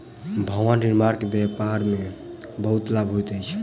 भवन निर्माण के व्यापार में बहुत लाभ होइत अछि